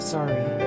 Sorry